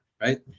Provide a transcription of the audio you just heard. right